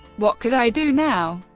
what could i do now?